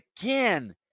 again